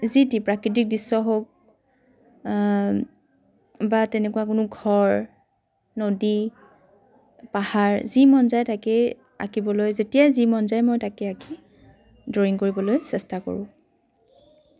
যি টি প্ৰাকৃতিক দৃশ্য হওক বা তেনেকুৱা কোনো ঘৰ নদী পাহাৰ যি মন যায় তাকেই আঁকিবলৈ যেতিয়াই যি মন যায় মই তাকেই আঁকি ড্ৰয়িং কৰিবলৈ চেষ্টা কৰোঁ